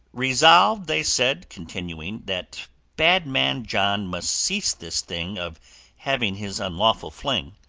resolved, they said, continuing, that badman john must cease this thing of having his unlawful fling.